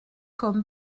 comme